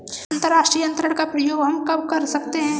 अंतर्राष्ट्रीय अंतरण का प्रयोग हम कब कर सकते हैं?